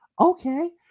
Okay